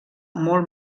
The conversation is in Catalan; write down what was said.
molt